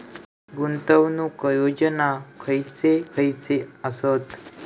गुंतवणूक योजना खयचे खयचे आसत?